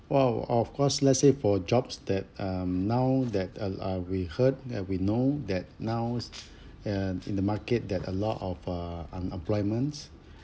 !wow! of course let's say for jobs that um now that uh uh we heard and we know that now uh in the market that a lot of uh unemployment